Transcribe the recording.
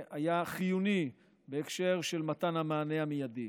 והיה חיוני בהקשר של מתן המענה המיידי.